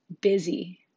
busy